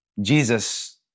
Jesus